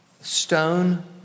Stone